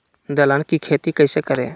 दलहन की खेती कैसे करें?